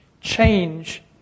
Change